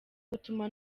butuma